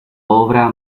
obra